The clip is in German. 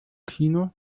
kino